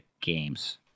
games